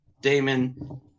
Damon